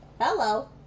Hello